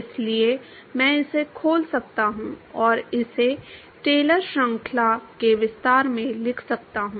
इसलिए मैं इसे खोल सकता हूं और इसे टेलर श्रृंखला के विस्तार में लिख सकता हूं